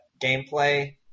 Gameplay